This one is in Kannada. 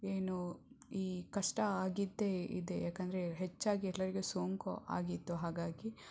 ಏನು ಈ ಕಷ್ಟ ಆಗಿದ್ದೇ ಇದೆ ಯಾಕಂದರೆ ಹೆಚ್ಚಾಗಿ ಎಲ್ಲರಿಗೂ ಸೋಂಕು ಆಗಿತ್ತು ಹಾಗಾಗಿ